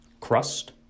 Crust